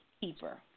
keeper